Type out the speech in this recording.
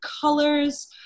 colors